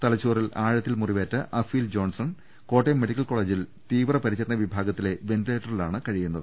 തലച്ചോറിൽ ആഴത്തിൽ മുറിവേറ്റ അഫീൽ ജോൺസൺ കോട്ടയം മെഡിക്കൽ കോളേജിൽ തീവ്ര പരിചരണ വിഭാ ഗത്തിൽ വെന്റിലേറ്ററിലാണ് കഴിയുന്നത്